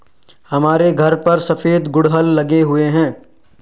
हमारे घर पर सफेद गुड़हल लगे हुए हैं